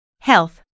Health